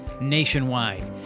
nationwide